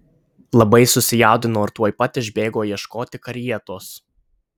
labai susijaudino ir tuoj pat išbėgo ieškoti karietos